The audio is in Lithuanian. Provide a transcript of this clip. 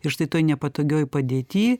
ir štai toj nepatogioj padėty